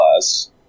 class